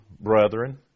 brethren